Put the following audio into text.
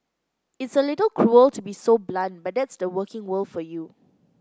it's a little cruel to be so blunt but that's the working world for you